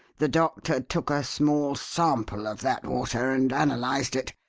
the doctor took a small sample of that water and analyzed it.